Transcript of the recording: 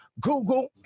Google